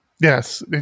Yes